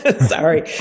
sorry